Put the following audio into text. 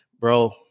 bro